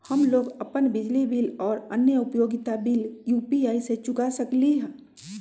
हम लोग अपन बिजली बिल और अन्य उपयोगिता बिल यू.पी.आई से चुका सकिली ह